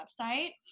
website